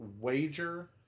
wager